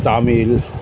Tamil